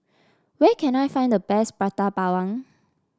where can I find the best Prata Bawang